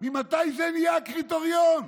ממתי זה נהיה קריטריון?